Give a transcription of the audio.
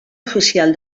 oficial